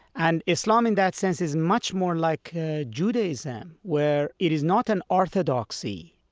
and islam in that sense is much more like judaism, where it is not an orthodoxy,